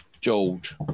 George